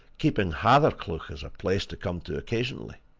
keeping hathercleugh as a place to come to occasionally.